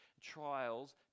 trials